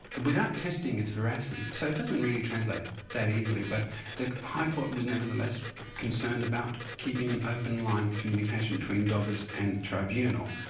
and without testing its veracity. so it doesn't really translate that easily. but the high court were nevertheless concerned about keeping an open line of communication between dobbers and the tribunal,